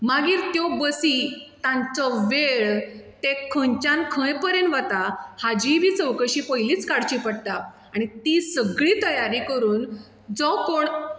मागीर त्यो बसी तांचो वेळ ते खंयच्यान खंय पर्यंत वता हाजीय बी चवकशी पयलींच काडची पडटा आनी ती सगळी तयारी करून जो कोण